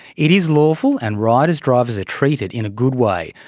it is lawful and riders drivers are treated in a good way.